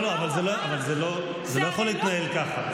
לא, לא, אבל זה לא יכול להתנהל ככה.